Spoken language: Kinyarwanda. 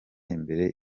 imbere